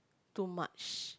too much